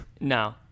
No